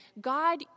God